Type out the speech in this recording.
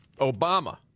Obama